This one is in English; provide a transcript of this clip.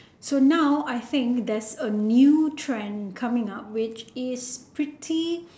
so now I think there's a new trend coming up which is pretty